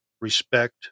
respect